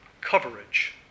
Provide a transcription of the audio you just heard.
coverage